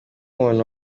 umuntu